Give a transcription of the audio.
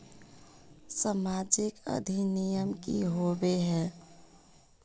सामाजिक अधिनियम की होय है?